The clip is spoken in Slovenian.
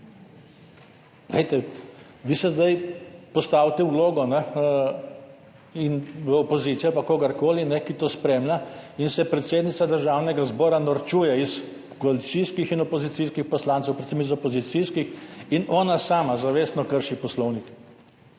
Vi se zdaj postavite v vlogo opozicije ali pa kogarkoli, ki to spremlja, in se predsednica Državnega zbora norčuje iz koalicijskih in opozicijskih poslancev, predvsem iz opozicijskih, in ona sama zavestno krši poslovnik.